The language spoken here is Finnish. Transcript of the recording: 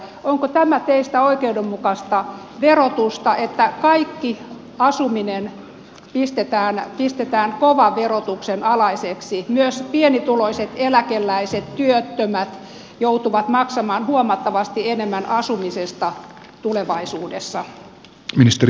onko tämä teistä oikeudenmukaista verotusta että kaikki asuminen pistetään kovan verotuksen alaiseksi myös pienituloiset eläkeläiset työttömät joutuvat maksamaan huomattavasti enemmän asumisesta tulevaisuudessa